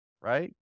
right